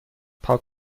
پاک